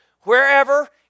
wherever